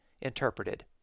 interpreted